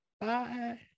Bye